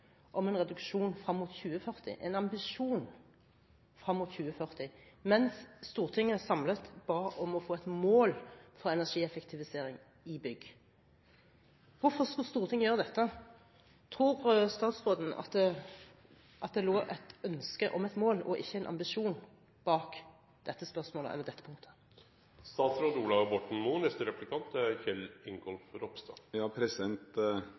om et mål for energieffektivisering i bygg, hvis det vi får presentert, er en ambisjon om en reduksjon fram mot 2040, en ambisjon fram mot 2040, mens Stortinget samlet ba om å få et mål for energieffektivisering i bygg? Hvorfor skulle Stortinget gjøre dette? Tror statsråden at det lå et ønske om et mål, og ikke en ambisjon, bak dette punktet?